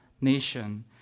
nation